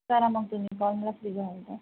करा मग तुम्ही कॉल मला फ्री झाल्यानंतर